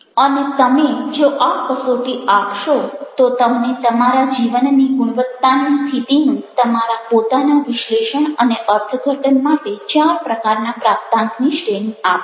અને તમે જો આ કસોટી આપશો તો તમને તમારા જીવનની ગુણવત્તાની સ્થિતિનું તમારા પોતાના વિશ્લેષણ અને અર્થઘટન માટે ચાર પ્રકારના પ્રાપ્તાંકની શ્રેણી આપશે